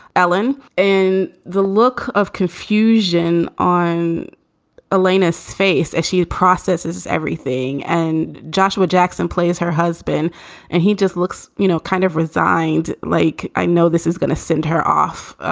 alan. and the look of confusion on elaina's face as she processes everything and joshua jackson plays her husband and he just looks, you know, kind of resigned like, i know this is gonna send her off,